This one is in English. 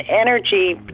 energy